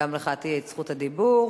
גם לך תהיה זכות הדיבור.